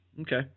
Okay